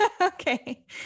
Okay